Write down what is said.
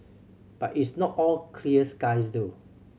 but it's not all clear skies though